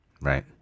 right